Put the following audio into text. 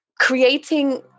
creating